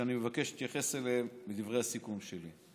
שאני מבקש להתייחס אליהם בדברי הסיכום שלי.